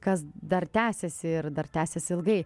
kas dar tęsiasi ir dar tęsis ilgai